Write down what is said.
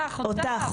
נכון,